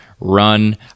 run